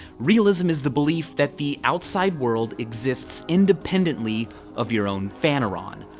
realism is the belief that the outside world exists independently of your own phaneron.